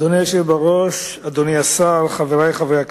אדוני היושב בראש, אדוני השר, חברי חברי הכנסת,